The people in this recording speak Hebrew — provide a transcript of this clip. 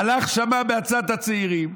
הלך, שמע בעצת הצעירים,